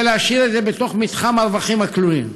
להשאיר את זה בתוך מתחם הרווחים הכלואים.